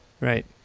right